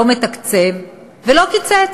לא מתקצב ולא קיצץ.